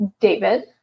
David